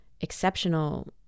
exceptional